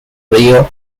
río